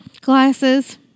glasses